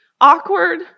awkward